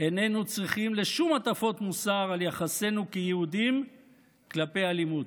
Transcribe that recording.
איננו צריכים שום הטפות מוסר על יחסינו כיהודים כלפי אלימות.